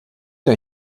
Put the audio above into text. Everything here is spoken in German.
der